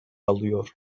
alıyor